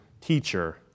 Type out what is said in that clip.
teacher